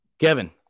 Kevin